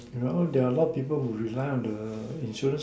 there are all there are lot people who rely on the insurance